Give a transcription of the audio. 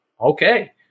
okay